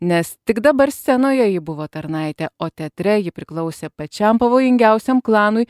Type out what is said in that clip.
nes tik dabar scenoje ji buvo tarnaitė o teatre ji priklausė pačiam pavojingiausiam klanui